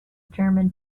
german